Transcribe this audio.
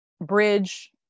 bridge